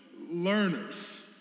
learners